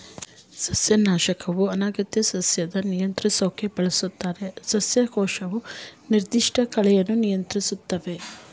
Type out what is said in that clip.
ಸಸ್ಯನಾಶಕವು ಅನಗತ್ಯ ಸಸ್ಯನ ನಿಯಂತ್ರಿಸೋಕ್ ಬಳಸ್ತಾರೆ ಸಸ್ಯನಾಶಕ ನಿರ್ದಿಷ್ಟ ಕಳೆನ ನಿಯಂತ್ರಿಸ್ತವೆ